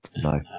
No